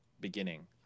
beginning